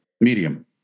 Medium